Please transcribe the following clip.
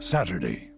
Saturday